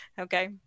Okay